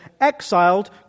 exiled